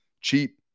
cheap